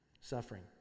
suffering